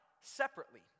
separately